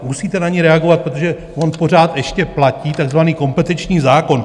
Musíte na ni reagovat, protože on pořád ještě platí takzvaný kompetenční zákon.